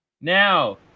Now